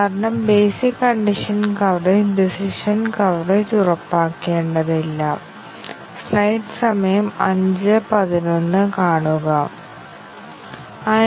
എന്നാൽ ഇത് സോഫ്റ്റ്വെയറിന്റെ ആവശ്യകതകളോ പ്രവർത്തനത്തിന്റെ വിവരണമോ അടിസ്ഥാനമാക്കിയുള്ളതാണ് എന്നാൽ കോഡ് ഭാഗത്തെക്കുറിച്ച് ഞങ്ങൾക്ക് യാതൊരു ധാരണയുമില്ല അതിനാൽ പ്രോഗ്രാമർമാർ ആവശ്യകതയുടെ ഭാഗമല്ലാത്ത ചില കോഡുകൾ എഴുതിയിരിക്കാം